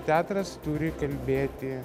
teatras turi kalbėti